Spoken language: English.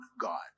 God